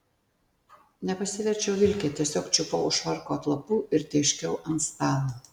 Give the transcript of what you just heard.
nepasiverčiau vilke tiesiog čiupau už švarko atlapų ir tėškiau ant stalo